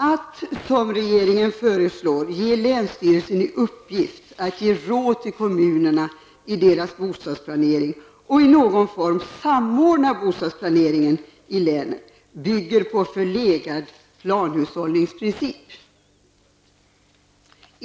Att som regeringen föreslår ge länsstyrelsen i uppgift att ge råd till kommunerna i deras bostadsplanering och i någon form samordna bostadsplaneringen i länen bygger på förlegade planhushållningsprinciper.